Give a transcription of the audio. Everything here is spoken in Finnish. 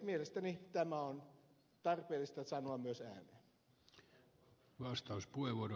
mielestäni tämä on tarpeellista sanoa myös ääneen